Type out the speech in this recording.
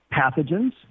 pathogens